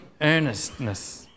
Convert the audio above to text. earnestness